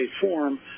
form